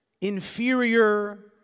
inferior